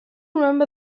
remember